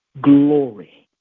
glory